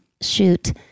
shoot